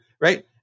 Right